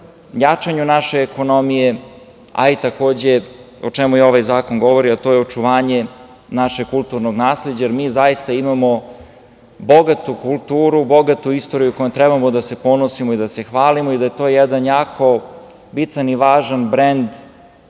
naše ekonomije, a i takođe o čemu i ovaj zakon govori, a to je očuvanje našeg kulturnog nasleđa. Mi zaista imamo bogatu kulturu, bogatu istoriju, kojom treba da se ponosimo i da se hvalimo. To je jedan jako bitan i važan brend